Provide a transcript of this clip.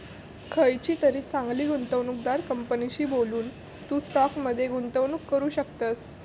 खयचीतरी चांगली गुंवणूकदार कंपनीशी बोलून, तू स्टॉक मध्ये गुंतवणूक करू शकतस